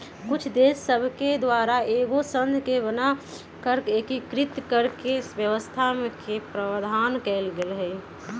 कुछ देश सभके द्वारा एगो संघ के बना कऽ एकीकृत कऽकेँ व्यवस्था के प्रावधान कएल गेल हइ